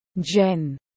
Jen